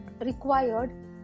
required